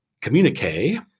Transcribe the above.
communique